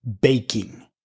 baking